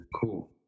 Cool